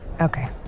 okay